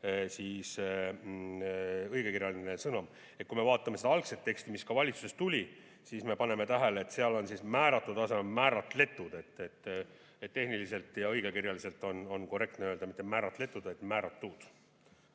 õige õigekirjaline sõnum. Kui me vaatame algset teksti, mis valitsusest tuli, siis me paneme tähele, et seal on "määratud" asemel "määratletud". Tehniliselt ja õigekirjaliselt on korrektne öelda mitte "määratletud", vaid "määratud".